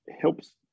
helps